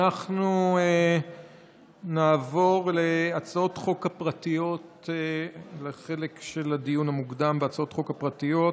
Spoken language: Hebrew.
אנחנו נעבור לחלק של הדיון המוקדם בהצעות החוק הפרטיות.